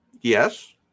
Yes